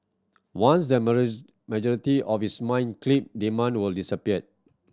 once the majority of is mined chip demand will disappear